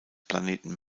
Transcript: planeten